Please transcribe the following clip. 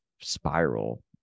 spiral